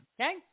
okay